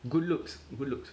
good looks good looks